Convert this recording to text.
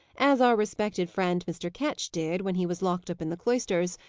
as our respected friend mr. ketch did when he was locked up in the cloisters,